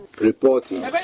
reporting